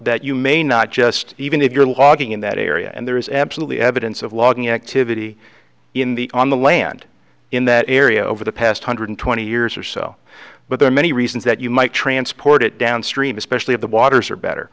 that you may not just even if you're logging in that area and there is absolutely evidence of logging activity in the on the land in that area over the past hundred twenty years or so but there are many reasons that you might transport it downstream especially if the waters are better